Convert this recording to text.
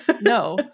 No